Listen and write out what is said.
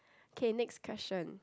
K next question